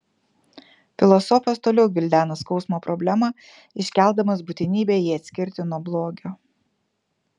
filosofas toliau gvildena skausmo problemą iškeldamas būtinybę jį atskirti nuo blogio